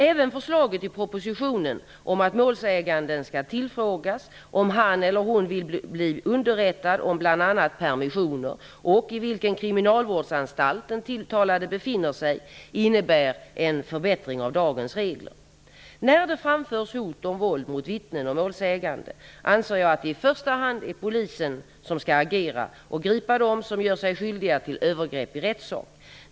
Även förslaget i propositionen om att målsäganden skall tillfrågas om han eller hon vill bli underrättad om bl.a. permissioner och i vilken kriminalvårdsanstalt den tilltalade befinner sig, innebär en förbättring av dagens regler. När det framförs hot om våld mot vittnen och målsägande anser jag att det i första hand är polisen som skall agera och gripa dem som gör sig skyldiga till övergrepp i rättssak.